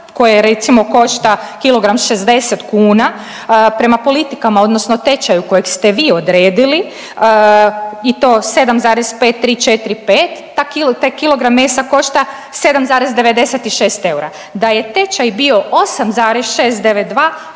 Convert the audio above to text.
koje recimo košta kilogram 60 kuna prema politikama odnosno tečaju kojeg ste vi odredili i to 7,5345 ta kilogram mesa košta 7,96 eura. Da je tečaj bio 8,692